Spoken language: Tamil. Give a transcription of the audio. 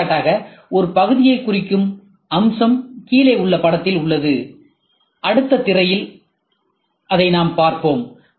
எடுத்துக்காட்டாக ஒரு பகுதியைக் குறிக்கும் அம்சம் கீழே உள்ள படத்தில் உள்ளது அடுத்த திரையில் நாம் பார்ப்போம்